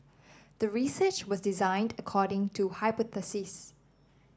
the research was designed according to hypothesis